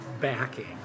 backing